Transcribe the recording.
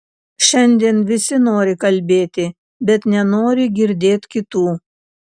šiandien visi nori kalbėti bet nenori girdėt kitų